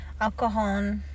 alcohol